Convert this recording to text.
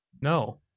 No